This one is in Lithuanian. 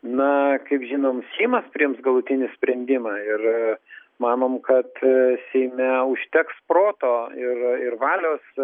na kaip žinom seimas priims galutinį sprendimą ir manom kad seime užteks proto ir ir valios